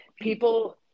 people